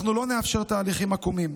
אנחנו לא נאפשר תהליכים עקומים,